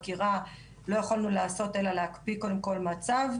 לא יכולנו לעשות אלא להקפיא קודם כל מצב,